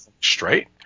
straight